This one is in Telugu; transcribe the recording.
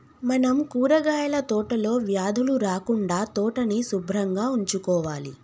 మనం కూరగాయల తోటలో వ్యాధులు రాకుండా తోటని సుభ్రంగా ఉంచుకోవాలి